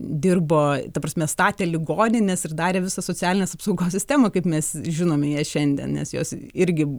dirbo ta prasme statė ligonines ir darė visą socialinės apsaugos sistemą kaip mes žinome ją šiandien nes jos irgi